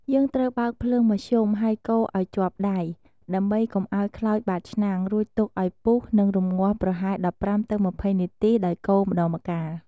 យើងត្រូវបើកភ្លើងមធ្យម ហើយកូរឱ្យជាប់ដៃ ដើម្បីកុំឱ្យខ្លោចបាតឆ្នាំង រួចទុកឱ្យពុះ និងរំងាស់ប្រហែល ១៥ ទៅ ២០ នាទីដោយកូរម្ដងម្កាល។